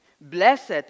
Blessed